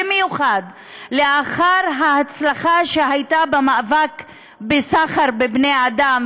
במיוחד לאחר ההצלחה שהייתה במאבק בסחר בבני-אדם,